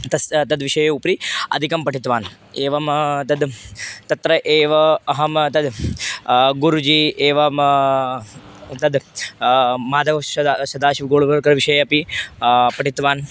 तस् तद्विषये उपरि अधिकं पठितवान् एवं तद् तत्र एव अहं तद् गुरुजी एवं तद् माधव शदा सदाशिव गोल्वल्कर्विषये अपि पठितवान्